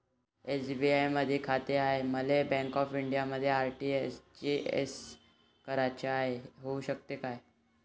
SBI मधी खाते हाय, मले बँक ऑफ इंडियामध्ये आर.टी.जी.एस कराच हाय, होऊ शकते का?